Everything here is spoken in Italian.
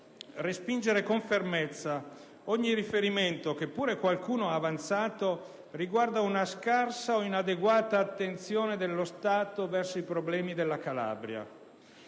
respingere con fermezza ogni riferimento, che pur qualcuno ha avanzato, riguardo ad una scarsa o inadeguata attenzione dello Stato verso i problemi della Calabria.